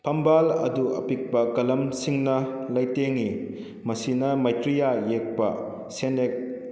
ꯐꯝꯕꯥꯜ ꯑꯗꯨ ꯑꯄꯤꯛꯄ ꯀꯂꯝꯁꯤꯡꯅ ꯂꯩꯇꯦꯡꯏ ꯃꯁꯤꯅ ꯃꯩꯇ꯭ꯔꯤꯌꯥ ꯌꯦꯛꯄ ꯁꯦꯟꯌꯦꯛ